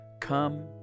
come